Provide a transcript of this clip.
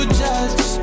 judge